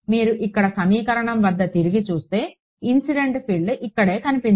మీరు ఇక్కడ సమీకరణం వద్ద తిరిగి చూస్తే ఇన్సిడెంట్ ఫీల్డ్ ఇక్కడే కనిపించింది